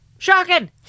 Shocking